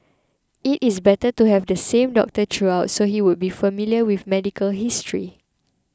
it is better to have the same doctor throughout so he would be familiar with medical history